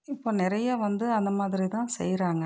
இப்போ நிறைய வந்து அந்த மாதிரிதான் செய்கிறாங்க